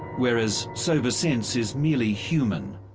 whereas sober sense is merely human.